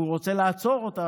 הוא רוצה לעצור אותה,